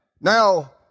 Now